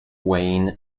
wayne